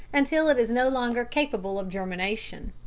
until it is no longer capable of germination.